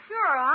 Sure